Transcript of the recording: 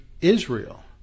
Israel